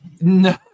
No